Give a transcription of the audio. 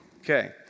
Okay